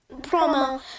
promo